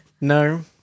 No